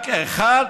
רק אחד